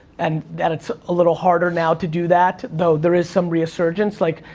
and that it's a little harder now to do that, though there is some resurgence. like,